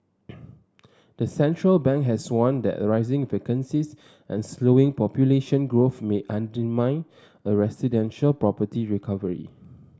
the central bank has warned that rising vacancies and slowing population growth may undermine a residential property recovery